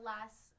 Last